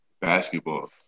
basketball